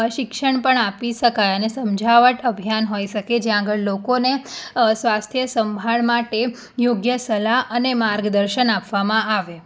શિક્ષણ પણ આપી શકાય અને સમજાવટ અભિયાન હોઈ શકે જ્યાં આગળ લોકોને સ્વાસ્થ્યસંભાળ માટે યોગ્ય સલાહ અને માર્ગદર્શન આપવામાં આવે